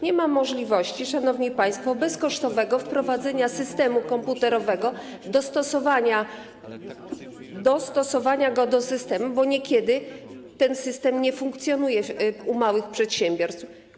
Nie ma możliwości, szanowni państwo, bezkosztowego wprowadzenia systemu komputerowego, dostosowania go do wymaganego systemu, bo niekiedy ten system nie funkcjonuje w małych, w mikroprzedsiębiorstwach.